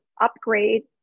upgrade